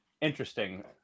interesting